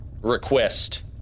request